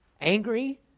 angry